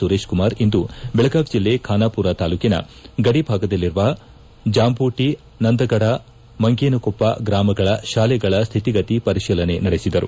ಸುರೇಶ್ಕುಮಾರ್ ಇಂದು ಬೆಳಗಾವಿ ಜಿಲ್ಲೆ ಖಾನಾಮರ ತಾಲೂಕಿನ ಗಡಿ ಭಾಗದಲ್ಲಿರುವ ಜಾಂಬೋಟ ನಂದಗಡ ಮಂಗೇನಕೊಪ್ಪ ಗ್ರಾಮಗಳ ಶಾಲೆಗಳ ಸ್ಟಿತಿ ಗತಿ ಪರಿಶೀಲನೆ ನಡೆಸಿದರು